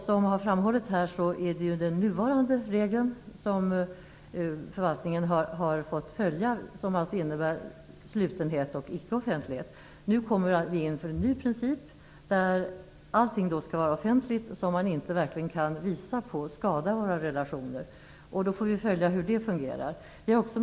Som har framhållits här är det den nuvarande regeln som förvaltningen har fått följa. Den innebär slutenhet och icke offentlighet. Nu kommer vi att införa en ny princip som innebär att allting skall vara offentligt som man inte verkligen kan visa på skadar våra relationer. Vi får följa hur det fungerar.